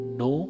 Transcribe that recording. no